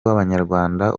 w’abanyarwanda